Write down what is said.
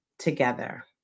together